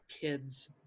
kids